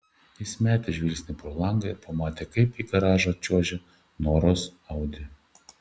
jis metė žvilgsnį pro langą ir pamatė kaip į garažą čiuožia noros audi